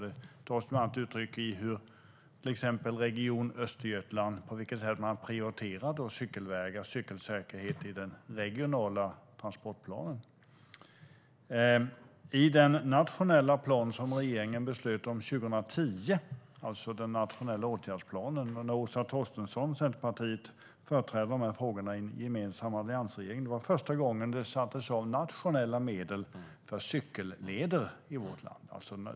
Det tar sig bland annat uttryck i hur till exempel Region Östergötland prioriterar cykelvägar och cykelsäkerhet i den regionala transportplanen.I den nationella åtgärdsplan som regeringen beslutade om 2010, när Åsa Torstensson från Centerpartiet företrädde de här frågorna i en gemensam alliansregering, var det första gången som det avsattes nationella medel för cykelleder i vårt land.